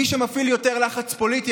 מי שמפעיל יותר לחץ פוליטי,